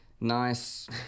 Nice